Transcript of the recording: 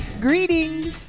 Greetings